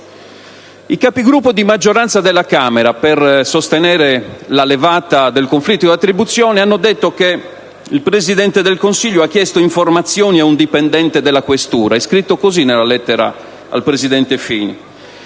I Capigruppo di maggioranza della Camera, per sostenere la levata del conflitto di attribuzioni, hanno detto che il Presidente del Consiglio ha chiesto informazioni ad "un dipendente della Questura" (è scritto così nella lettera al presidente Fini).